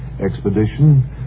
expedition